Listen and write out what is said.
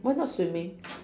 why not swimming